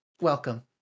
welcome